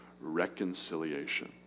reconciliation